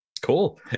cool